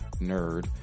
nerd